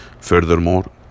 Furthermore